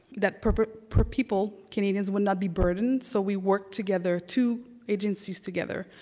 that people, canadians will not be burdened. so we work together, two agencies together,